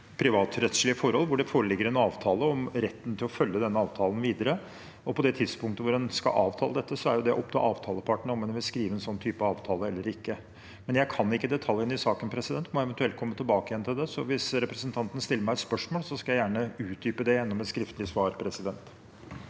privatrettslige forhold, hvor det foreligger en avtale om retten til å følge denne avtalen videre. På det tidspunktet hvor en skal avtale dette, er det jo opp til avtalepartene om man vil skrive en sånn type avtale eller ikke. Men jeg kan ikke detaljene i saken. Jeg må eventuelt komme tilbake igjen til det. Hvis representanten stiller meg et spørsmål, skal jeg gjerne utdype det gjennom et skriftlig svar. Kjell